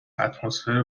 اتمسفر